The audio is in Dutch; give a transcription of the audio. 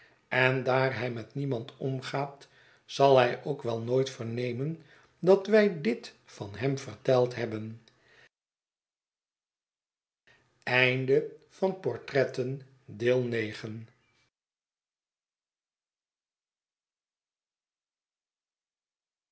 en daar hij met niemand omgaat zal hij ook wel nooit vernemen dat wij dit van hem verteld hebben